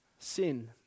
sin